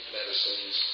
medicines